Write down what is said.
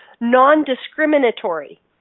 non-discriminatory